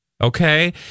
Okay